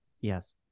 Yes